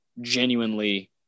genuinely